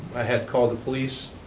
i had called the police.